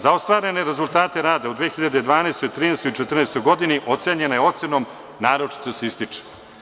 Za ostvarene rezultate rada u 2012, 2013. i 2014. godini ocenjena je ocenom – naročito se ističe.